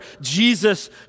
Jesus